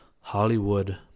Hollywood